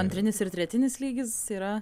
antrinis ir tretinis lygis yra